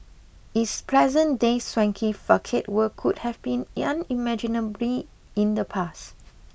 its present day swanky facade would could have been unimaginably in the past